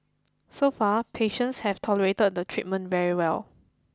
so far patients have tolerated the treatment very well